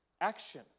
action